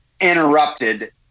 interrupted